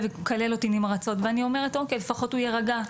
ומקלל אותי נמרצות ואני אומרת אוקי לפחות הוא יירגע,